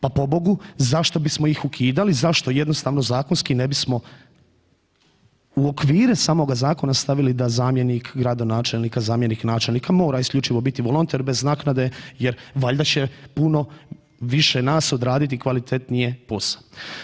Pa pobogu zašto bismo ih ukidali, zašto jednostavno zakonski ne bismo u okvire samoga zakona stavili da zamjenik gradonačelnika, zamjenik načelnika mora isključivo biti volonter bez naknade jer valjda će puno više nas odraditi kvalitetnije posao.